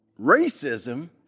racism